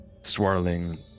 swirling